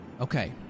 Okay